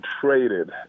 traded